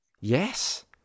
yes